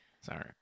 Sorry